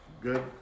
good